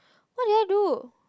what did I do